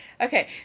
Okay